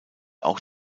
auch